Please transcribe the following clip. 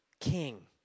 king